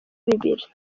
bibiri